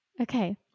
okay